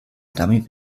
dummy